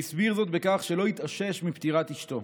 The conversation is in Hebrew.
והסביר זאת בכך שלא התאושש מפטירת אשתו: